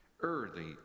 early